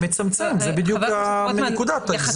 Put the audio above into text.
זה לא מונע, זה מצמצם, זה בדיוק נקודת האיזון.